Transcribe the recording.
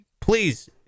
please